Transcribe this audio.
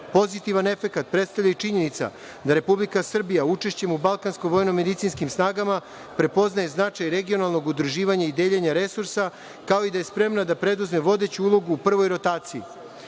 Pozitivan efekat predstavlja i činjenica da Republika Srbija učešćem u Balkansko vojnomedicinskim snagama prepoznaje značaja regionalnog udruživanja i deljenje resursa, kao i da je spremna da preduzme vodeću ulogu u prvoj rotaciji.